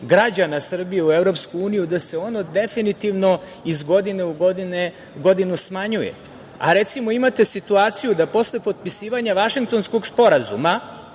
građana Srbije u EU da se ono definitivno iz godine u godinu smanjuje. Recimo, imate situaciju da posle potpisivanja Vašingtonskog sporazuma